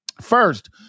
First